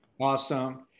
Awesome